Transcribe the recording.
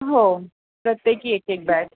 हो प्रत्येकी एकेक बॅग